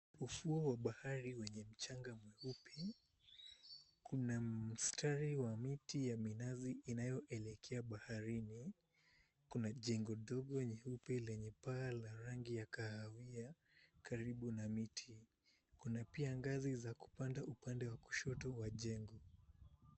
Ufuo wa bahari wenye mchanga mweupe kuna mstari wa miti ya minazi inayoelekea baharini kuna jengo dogo nyeupe lenye paa la rangi ya kahawia karibu na miti hii kuna pia ngazi za kupanda upande wa kushoto wa jengo.